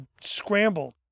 scrambled